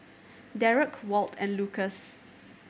Dereck Walt and Lukas